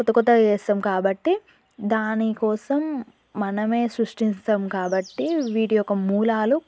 కొత్త కొత్తగ చేస్తాం కాబట్టి దాని కోసం మనమే సృష్టించుతాం కాబట్టి వీటి యొక్క మూలాలు